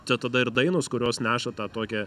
čia tada ir dainos kurios neša tą tokią